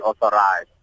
authorized